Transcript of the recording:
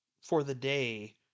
for-the-day